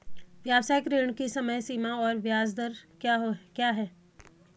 व्यावसायिक ऋण की समय सीमा और ब्याज दर क्या है?